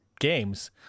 games